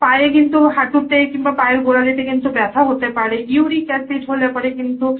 পায়ে কিন্তু হাঁটুতে কিংবা পায়ের গোড়ালিতে কিন্তু ব্যথা হতে পারে ইউরিক অ্যাসিড হলে পরে কিন্তু